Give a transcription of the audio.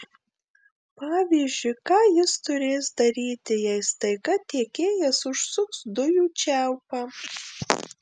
pavyzdžiui ką jis turės daryti jei staiga tiekėjas užsuks dujų čiaupą